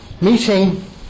meeting